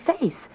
face